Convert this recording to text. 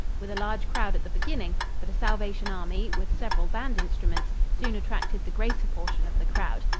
with a large crowd at the beginning, but a salvation army, with several band instruments, soon attracted the greater portion of the crowd.